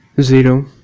zero